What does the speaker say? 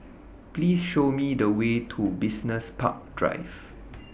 Please Show Me The Way to Business Park Drive